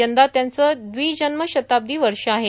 यंदा त्यांचे द्विजन्मशताब्दी वर्ष आहे